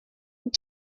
und